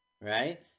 Right